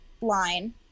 line